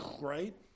Right